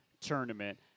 tournament